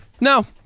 No